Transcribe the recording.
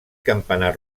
campanar